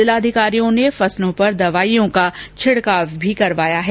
जिला अधिकारियों ने फसलों पर दवाइयों का छिड़काव भी करवाया है